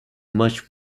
much